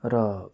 र